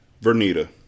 Vernita